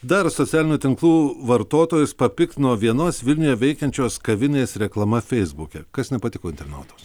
dar socialinių tinklų vartotojus papiktino vienos vilniuje veikiančios kavinės reklama feisbuke kas nepatiko internautams